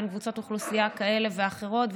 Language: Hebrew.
בין קבוצות אוכלוסייה כאלה ואחרות,